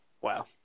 Wow